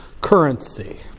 currency